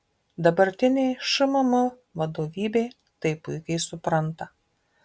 dabartinė šmm vadovybė tai puikiai supranta